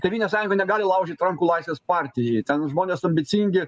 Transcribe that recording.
tėvynės sąjunga negali laužyt rankų laisvės partijai ten žmonės ambicingi